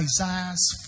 Isaiah's